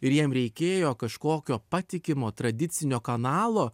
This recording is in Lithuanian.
ir jiem reikėjo kažkokio patikimo tradicinio kanalo